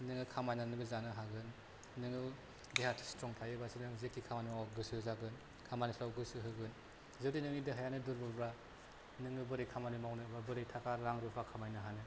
नोङो खामानि मावनानैबो जानो हागोन नोङो देहा स्थ्रं थायोबासो नों जेखि खामानि मावा गोसो जागोन खामानिफ्राव गोसो होगोन जुदि नोंनि देहायानो दुरब'लब्ला नोङो बोरै खामानि मावनो बा बोरै थाखा रां रुफा खामायनो हानो